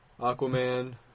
Aquaman